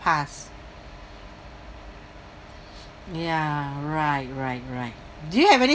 passed ya right right right do you have any